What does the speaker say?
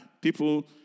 People